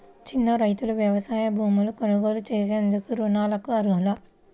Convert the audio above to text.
చిన్న రైతులు వ్యవసాయ భూములు కొనుగోలు చేసేందుకు రుణాలకు అర్హులా?